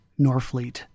Norfleet